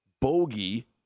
bogey